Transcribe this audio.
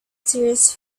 tears